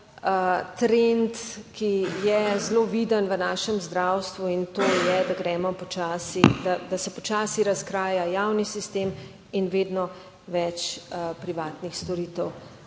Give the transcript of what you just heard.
trend, ki je zelo viden v našem zdravstvu in to je, da se počasi razkraja javni sistem in vedno več privatnih storitev,